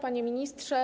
Panie Ministrze!